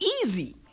Easy